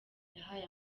yahaye